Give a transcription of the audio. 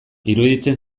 iruditzen